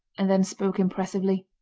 and then spoke impressively.